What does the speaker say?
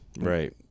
Right